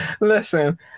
listen